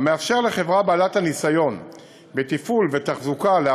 חברה בעלת ניסיון בתפעול ותחזוקה תוכל